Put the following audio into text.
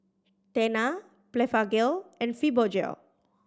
Tena Blephagel and Fibogel